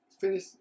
Finish